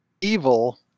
evil